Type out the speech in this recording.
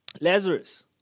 Lazarus